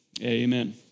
Amen